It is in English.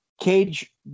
Cage